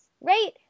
Right